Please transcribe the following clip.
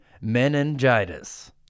meningitis